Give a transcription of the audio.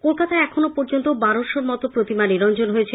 কলকাতায় এখনো পর্যন্ত বারোশো মত প্রতিমা নিরঞ্জন হয়েছে